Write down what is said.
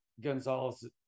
Gonzalez